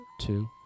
two